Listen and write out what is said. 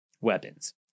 weapons